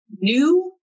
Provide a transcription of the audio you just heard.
new